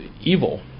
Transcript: evil